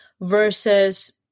versus